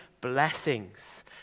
blessings